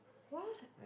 what